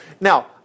Now